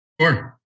Sure